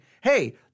Hey